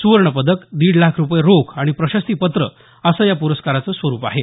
सुवर्णपदक दीड लाख रूपये रोख आणि प्रशस्तिपत्र असं प्रस्काराचं स्वरूप आहे